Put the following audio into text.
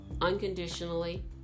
unconditionally